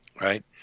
Right